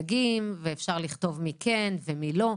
סייגים ואפשר לכתוב מי כן ומי לא.